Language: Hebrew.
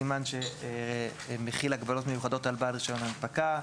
סימן שמחיל הגבלות מיוחדות על בעל רישיון הנפקה.